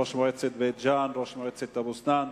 ראש מועצת בית-ג'ן, ראש מועצת אבו-סנאן,